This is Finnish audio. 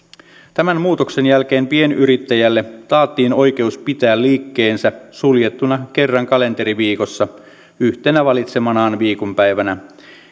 tämän muutoksen jälkeen pienyrittäjälle taattiin oikeus pitää liikkeensä suljettuna kerran kalenteriviikossa yhtenä valitsemanaan viikonpäivänä